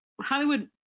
Hollywood